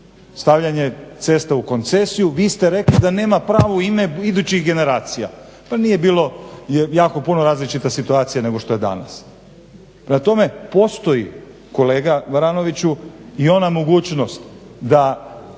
stavljanje cesta u koncesiju vi ste rekli da nema pravo u ime idućih generacija. To nije bilo jako puno različita situacija nego što je danas. Prema tome postoji kolega Baranoviću i ona mogućnost da